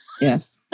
Yes